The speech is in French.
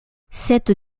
cette